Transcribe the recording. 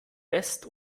west